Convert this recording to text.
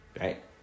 Right